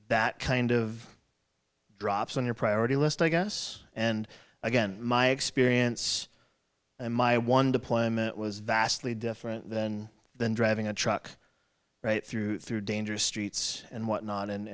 that kind of drops on your priority list i guess and again my experience and my one deployment was vastly different than driving a truck right through through dangerous streets and whatnot and